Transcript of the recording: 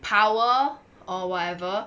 power or whatever